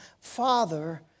Father